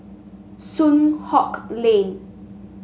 Soon Hock Lane